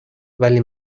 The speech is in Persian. ولی